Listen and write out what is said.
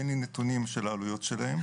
אין לי נתונים על העלויות שלהן.